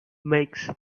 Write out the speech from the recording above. makes